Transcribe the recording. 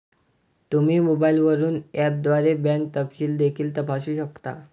तुम्ही मोबाईलवरून ऍपद्वारे बँक तपशील देखील तपासू शकता